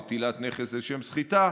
נטילת נכס לשם סחיטה.